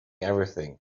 everything